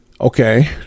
Okay